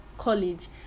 college